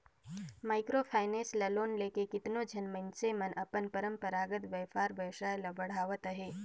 micro finance ले loan लेके केतनो झन मइनसे मन अपन परंपरागत बयपार बेवसाय ल बढ़ावत अहें